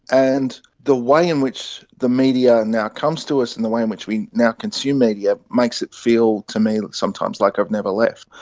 and the way in which the media and now comes to us and the way in which we now consume media makes it feel to me sometimes like i've never left.